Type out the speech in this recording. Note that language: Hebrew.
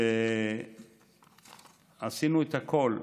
שעשינו הכול,